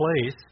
place